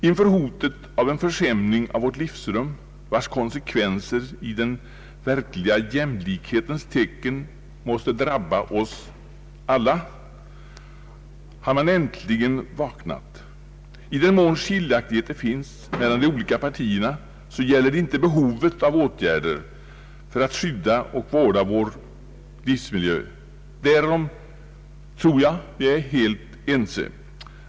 Inför hotet av en förskämning av vårt livsrum, vars konsekvenser i den verkliga jämlikhetens tecken måste drabba oss alla, har man äntligen vaknat. I den mån skiljaktigheter finns mellan de olika partierna gäller de inte behovet av åtgärder för att skydda och vårda vår livsmiljö. Därom tror jag vi är helt ense.